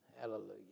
Hallelujah